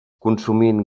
consumint